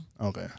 Okay